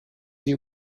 sie